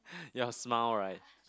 your smile right